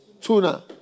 Tuna